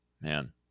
Man